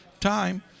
time